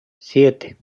siete